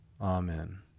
amen